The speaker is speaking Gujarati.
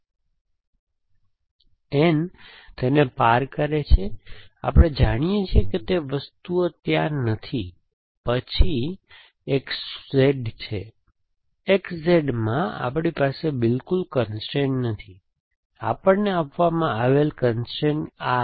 N તેને પાર કરે છે તેથી આપણે જાણીએ છીએ કે તે વસ્તુઓ ત્યાં નથી પછી પછી XZ છે XZ માં આપણી પાસે બિલકુલ કન્સ્ટ્રેઇન નથી આપણને આપવામાં આવેલ કન્સ્ટ્રેઇન આ છે